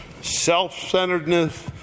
Self-centeredness